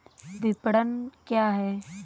विपणन क्या है?